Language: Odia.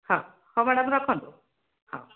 ହଁ ହଁ ମ୍ୟାଡ଼ାମ୍ ରଖନ୍ତୁ ହଉ